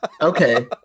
okay